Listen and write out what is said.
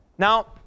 Now